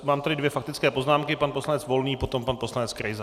Mám tady dvě faktické poznámky pan poslanec Volný, potom pan poslanec Krejza.